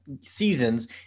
seasons